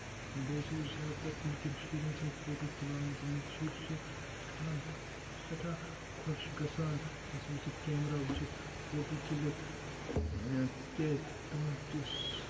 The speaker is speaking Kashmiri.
بیٚیہِ چھُ زیادٕ تر نِکین شُرین سۭتۍ فوٹو تُلان یِم نِکۍ شُرۍ چھِ سٮ۪ٹھاہ سٮ۪ٹھاہ خۄش گژھان اَسہِ وٕچھِتھ کیمرہ وٕچھِتھ فوٹو تُلِتھ تِکیازِ تِمن یُس